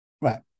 Right